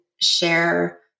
share